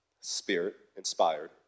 Spirit-inspired